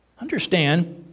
Understand